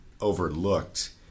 overlooked